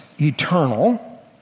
eternal